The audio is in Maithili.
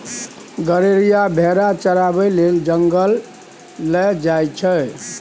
गरेरिया भेरा चराबै लेल जंगल लए जाइ छै